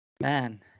Man